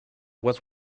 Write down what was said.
was